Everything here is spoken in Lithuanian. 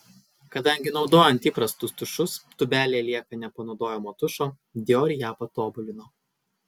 kadangi naudojant įprastus tušus tūbelėje lieka nepanaudojamo tušo dior ją patobulino